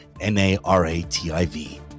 N-A-R-A-T-I-V